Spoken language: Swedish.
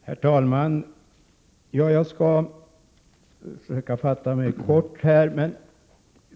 Herr talman! Jag skall försöka fatta mig kort.